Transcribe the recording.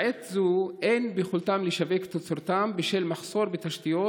בעת זו אין ביכולתם לשווק את תוצרתם בשל מחסור בתשתיות